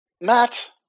Matt